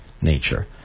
nature